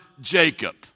Jacob